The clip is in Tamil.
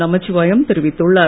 நமசிவாயம் தெரிவித்துள்ளார்